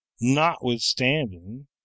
notwithstanding